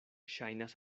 ŝajnas